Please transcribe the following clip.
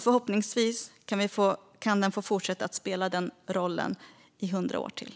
Förhoppningsvis kan den få fortsätta att spela den rollen i hundra år till.